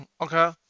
Okay